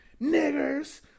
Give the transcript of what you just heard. niggers